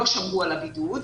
לא שמרו על הבידוד,